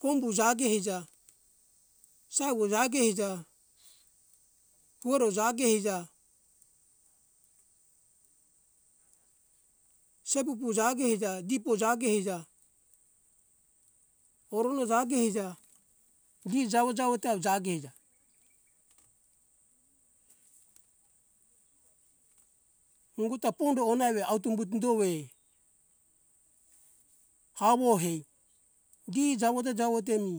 Kombu jage eija saiwo jage eija koro jage eija sebubu jage eija dipo jage eija oruna jage eija di jawo jawo ta jage eija unguta pondo ona ewe outo umbut dowe hawo ai gi jawo te jawo te mi